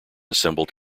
assembled